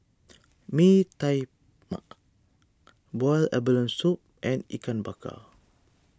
Bee Tai Mak Boiled Abalone Soup and Ikan Bakar